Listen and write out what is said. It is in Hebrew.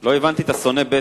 לא הבנתי את "שונא בצע".